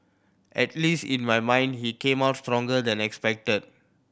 at least in my mind he came out stronger than expected